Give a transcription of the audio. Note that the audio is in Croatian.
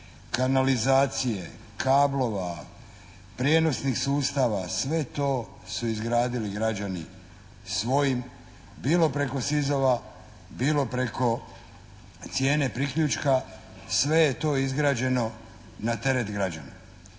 kanalizacije, kablova, prijenosnih sustava, sve to su izgradili građani svojim, bilo preko SIZ-ova, bilo preko cijene priključka, sve je to izgrađeno na teret građana.